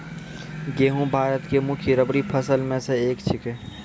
गेहूँ भारत के मुख्य रब्बी फसल मॅ स एक छेकै